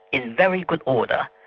in very good order.